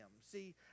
See